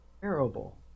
terrible